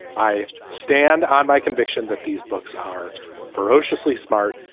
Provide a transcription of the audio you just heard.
i stand on my conviction that these books are ferociously smart.